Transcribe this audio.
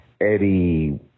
Eddie